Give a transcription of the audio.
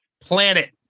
Planet